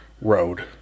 Road